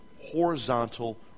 horizontal